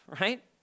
Right